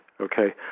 okay